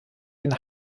den